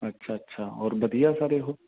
ਅੱਛਾ ਅੱਛਾ ਔਰ ਵਧੀਆ ਸਾਰੇ ਉਹ